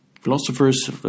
Philosophers